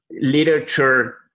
literature